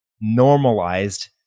normalized